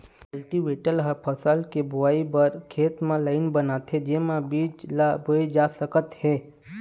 cultivator ह फसल के बोवई बर खेत म लाईन बनाथे जेमा बीज ल बोए जा सकत हे